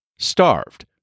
Starved